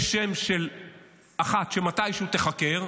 יש שם של אחת שמתישהו תיחקר.